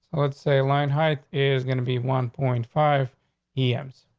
let's say line height is gonna be one point five e ems.